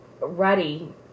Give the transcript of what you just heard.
ready